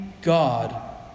God